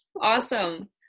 Awesome